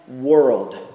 world